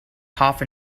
half